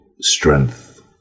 strength